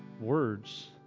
words